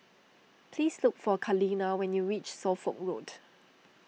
please look for Kaleena when you reach Suffolk Road